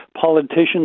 politicians